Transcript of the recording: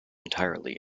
entirely